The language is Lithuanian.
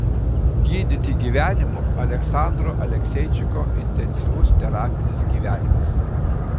gydyti gyvenimu aleksandro alekseičiko intensyvus terapinis gyvenimas